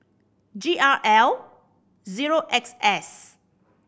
G R L zero X S